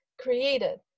created